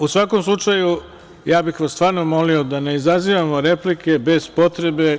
U svakom slučaju, ja bih stvarno molio da ne izazivamo replike bez potrebe.